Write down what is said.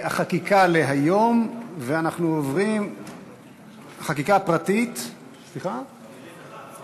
17, אין מתנגדים, אין נמנעים.